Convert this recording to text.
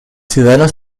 ciudadanos